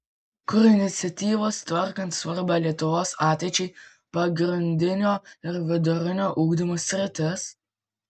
kur iniciatyvos tvarkant svarbią lietuvos ateičiai pagrindinio ir vidurinio ugdymo sritis